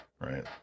Right